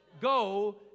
go